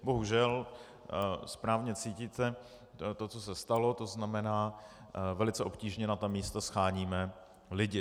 Bohužel správně cítíte to, co se stalo, to znamená, velice obtížně na ta místa sháníme lidi.